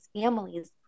families